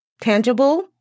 tangible